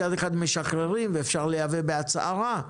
מצד אחד משחררים ואפשר לייבא בהצהרה,